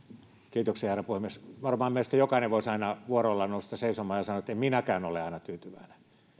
kiitoksia herra puhemies varmaan meistä jokainen voisi aina vuorollaan nousta seisomaan ja sanoa etten minäkään ole aina tyytyväinen